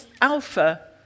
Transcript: Alpha